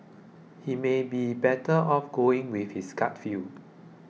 he may have been better off going with his gut feel